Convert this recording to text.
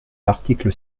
l’article